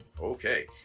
Okay